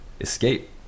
escape